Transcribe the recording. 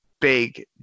big